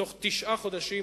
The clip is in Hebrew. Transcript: בתוך תשעה חודשים